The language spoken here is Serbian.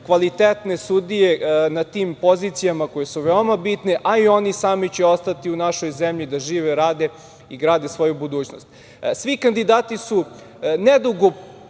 kvalitetne sudije na tim pozicijama koje su veoma bitne, a i oni sami će ostati u našoj zemlji da žive, rade i grade svoju budućnost. Svi kandidati su nedugo